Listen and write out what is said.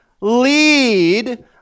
lead